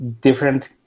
different